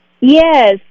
Yes